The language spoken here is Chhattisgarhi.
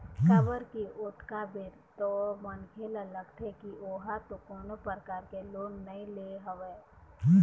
काबर की ओतका बेर तो मनखे ल लगथे की ओहा तो कोनो परकार ले लोन नइ ले हवय